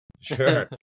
Sure